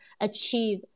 achieve